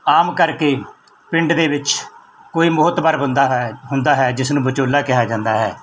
ਆਮ ਕਰਕੇ ਪਿੰਡ ਦੇ ਵਿੱਚ ਕੋਈ ਮੋਹਤਬਰ ਬੰਦਾ ਹੈ ਹੁੰਦਾ ਹੈ ਜਿਸ ਨੂੰ ਵਿਚੋਲਾ ਕਿਹਾ ਜਾਂਦਾ ਹੈ